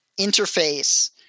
interface